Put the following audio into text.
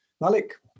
Malik